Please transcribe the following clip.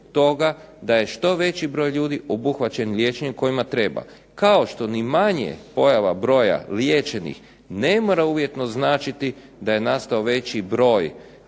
da je što veći broj ljudi obuhvaćen liječenjem kojima treba. Kao što ni manje pojava broja liječenih ne mora uvjetno značiti da je nastao veći broj